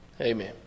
amen